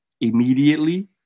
immediately